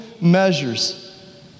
measures